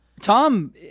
Tom